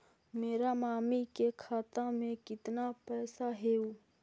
मेरा मामी के खाता में कितना पैसा हेउ?